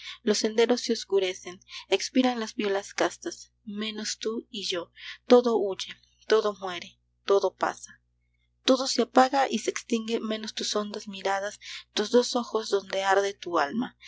los senderos se oscurecen expiran las violas castas menos tú y yo todo huye todo muere todo pasa todo se apaga y se extingue menos tus hondas miradas tus dos ojos donde arde tu alma